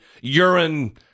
urine